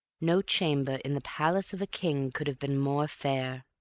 no chamber in the palace of a king could have been more fair.